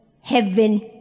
heaven